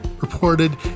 reported